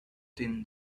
thin